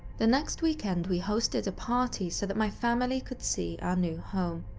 the next weekend we hosted a party so that my family could see our new home.